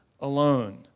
alone